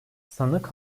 sanık